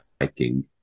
hiking